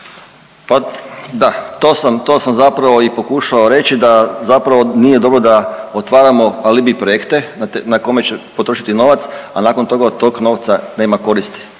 Pa da. To sam zapravo i pokušao reći da zapravo nije dobro da otvaramo alibi projekte na kome će potrošiti novac, a nakon toga od tog novca nema koristi.